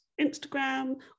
Instagram